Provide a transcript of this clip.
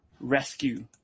rescue